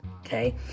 Okay